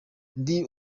ndi